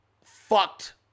fucked